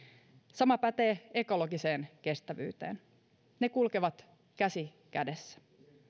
sama pätee ekologiseen kestävyyteen ne kulkevat käsi kädessä